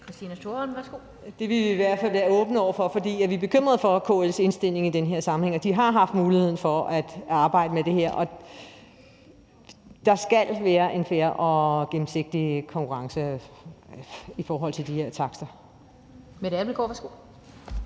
Det ville vi i hvert fald være åbne over for, for vi er bekymrede over KL's indstilling i den her sammenhæng, og de har haft muligheden for at arbejde med det her. Og der skal være en fair og gennemsigtig konkurrence i forhold til de her takster.